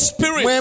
Spirit